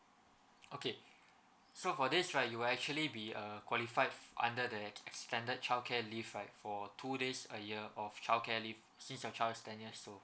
okay so for this right you will actually be uh qualify under that extended childcare leave right for two days a year of childcare leave since your child is ten years old